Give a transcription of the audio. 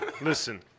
listen